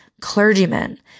clergymen